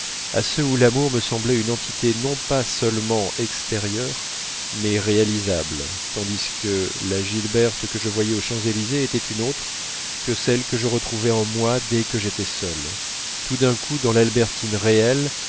à ceux où l'amour me semblait une entité non pas seulement extérieure mais réalisable tandis que la gilberte que je voyais aux champs-élysées était une autre que celle que je retrouvais en moi dès que j'étais seul tout d'un coup dans l'albertine réelle